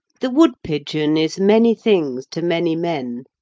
the woodpigeon is many things to many men.